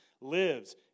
lives